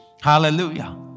Hallelujah